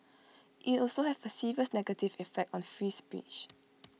IT also have A serious negative effect on free speech